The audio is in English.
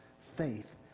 faith